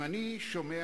אם אני שומע